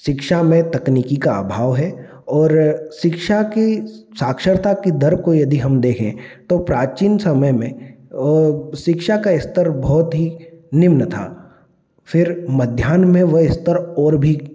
शिक्षा में तकनीकी का अभाव है और शिक्षा की साक्षरता की दर को यदि हम देखें तो प्राचीन समय में शिक्षा का स्तर बहुत ही निम्न था फिर मध्यान्ह में वह स्तर और भी